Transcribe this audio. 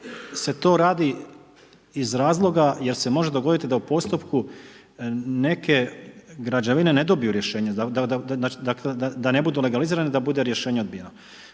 se to radi iz razloga jer se može dogoditi da u postupku neke građevine ne dobiju rješenje, da ne budu legalizirane, da bude rješenje odbijeno.